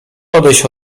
odejść